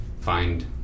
find